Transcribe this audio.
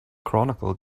chronicle